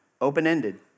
open-ended